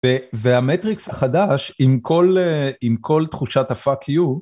והמטריקס החדש עם כל תחושת ה-fuck you